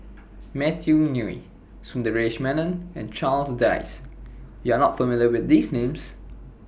Matthew Ngui Sundaresh Menon and Charles Dyce YOU Are not familiar with These Names